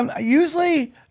usually